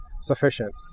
sufficient